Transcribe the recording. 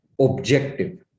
objective